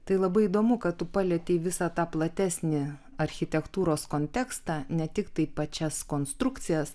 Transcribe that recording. tai labai įdomu kad tu palietei visą tą platesnį architektūros kontekstą ne tik tai pačias konstrukcijas